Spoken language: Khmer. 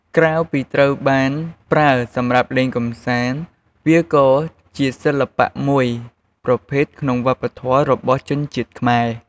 ក្រៅពីត្រូវបានប្រើសម្រាប់លេងកម្សាន្ត វាក៏ជាសិល្បៈមួយប្រភេទក្នុងវប្បធម៌របស់ជនជាតិខ្មែរ។